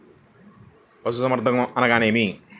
పశుసంవర్ధకం అనగా ఏమి?